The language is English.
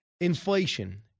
Inflation